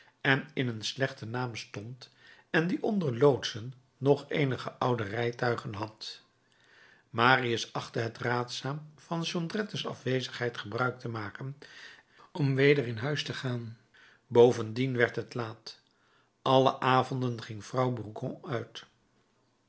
en in een slechten naam stond en die onder loodsen nog eenige oude rijtuigen had marius achtte het raadzaam van jondrettes afwezigheid gebruik te maken om weder in huis te gaan bovendien werd het laat alle avonden ging vrouw burgon uit